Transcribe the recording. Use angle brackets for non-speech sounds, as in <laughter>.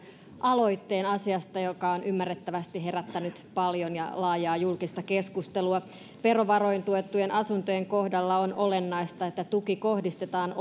aloitteen asiasta joka on ymmärrettävästi herättänyt paljon ja laajaa julkista keskustelua verovaroin tuettujen asuntojen kohdalla on olennaista että tuki kohdistetaan <unintelligible>